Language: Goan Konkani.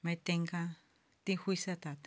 मागीर तांकां ती खूश जातात